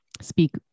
speak